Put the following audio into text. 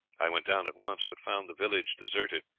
i went down at once, but found the village deserted.